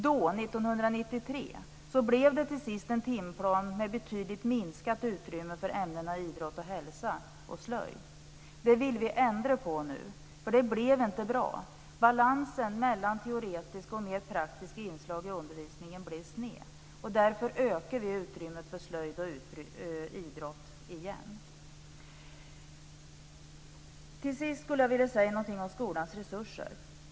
Då - 1993 - blev det till sist en timplan med betydligt minskat utrymme för ämnena idrott och hälsa samt slöjd. Det vill vi ändra på nu. Det blev inte bra. Balansen mellan teoretiska och mer praktiska inslag i undervisningen blev sned. Därför ökar vi utrymmet för slöjd och idrott igen. Till sist vill jag säga något om skolans resurser.